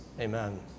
Amen